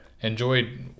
enjoyed